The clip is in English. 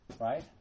right